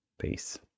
peace